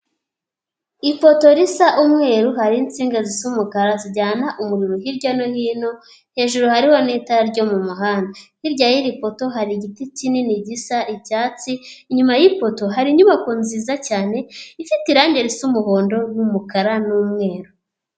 Ipoto risa umweru hariho insinga zisa umukara zijyana umuriro hirya no hino, hejuru hariho n'itarara ryo mu mahanda. Hirya y'iri poto hari igiti kinini gisa icyatsi, inyuma y'ipoto hari inyubako nziza cyane ifite irangi risa umuhondo n'umukara n'umweru.